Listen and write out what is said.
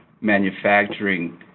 manufacturing